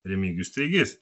remigijus treigys